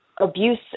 abuse